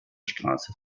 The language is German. straße